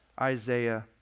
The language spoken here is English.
Isaiah